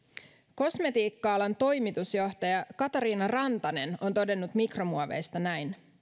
kosmetiikka alan toimitusjohtaja katariina rantanen on todennut mikromuoveista näin